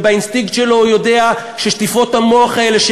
ובאינסטינקט שלו הוא יודע ששטיפות המוח האלה,